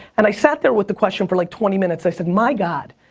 and i sat there with the question for like twenty minutes, i said, my god,